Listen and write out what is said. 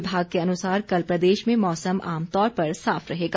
विभाग के अनुसार कल प्रदेश में मौसम आमतौर पर साफ रहेगा